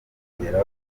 kongera